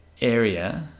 area